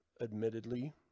admittedly